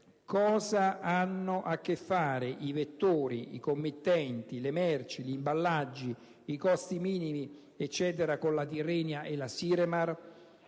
Cosa hanno a che fare i vettori, i committenti, le merci, gli imballaggi, i costi minimi con la Tirrenia e la Siremar?